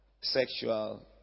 sexual